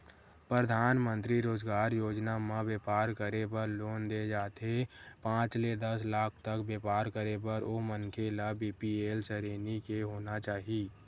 परधानमंतरी रोजगार योजना म बेपार करे बर लोन दे जाथे पांच ले दस लाख तक बेपार करे बर ओ मनखे ल बीपीएल सरेनी के होना चाही